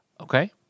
Okay